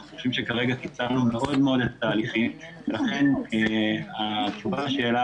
אנחנו חושבים שכרגע מאוד קיצרנו את התהליכים ולכן התשובה לשאלה